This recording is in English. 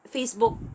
Facebook